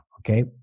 Okay